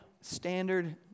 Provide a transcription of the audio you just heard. Standard